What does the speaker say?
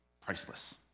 priceless